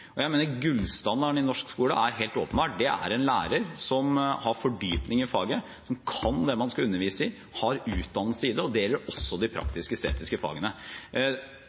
Jeg mener at gullstandarden i norsk skole er helt åpenbar. Det er en lærer som har fordypning i faget, som kan det han skal undervise i, har utdannelse i det, og det gjelder også i de praktisk-estetiske fagene.